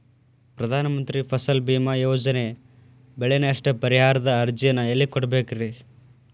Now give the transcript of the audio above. ಪ್ರಧಾನ ಮಂತ್ರಿ ಫಸಲ್ ಭೇಮಾ ಯೋಜನೆ ಬೆಳೆ ನಷ್ಟ ಪರಿಹಾರದ ಅರ್ಜಿನ ಎಲ್ಲೆ ಕೊಡ್ಬೇಕ್ರಿ?